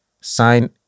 Sign